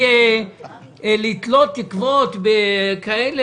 אני מאמין בקדוש ברוך הוא.